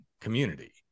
community